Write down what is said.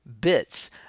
bits